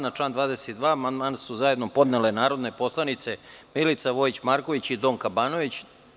Na član 22. amandman su zajedno podnele narodne poslanice Milica Vojić Marković i Donka Banović.